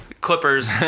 clippers